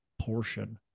portion